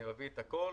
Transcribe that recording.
אני מביא את הכול